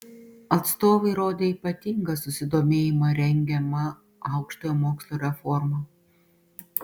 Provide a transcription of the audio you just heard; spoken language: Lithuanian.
atstovai rodė ypatingą susidomėjimą rengiama aukštojo mokslo reforma